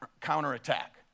counterattack